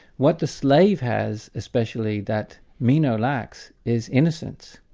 what the slave has especially that meno lacks, is innocence.